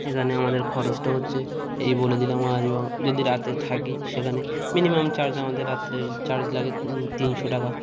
এখানে আমাদের খরচটা হচ্ছে এই বলে দিলাম আর এবং যদি রাতে থাকি সেখানে মিনিমাম চার্জ আমাদের রাত্রের চার্জ লাগে তিনশো টাকা